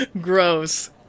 Gross